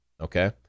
Okay